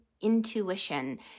intuition